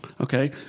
okay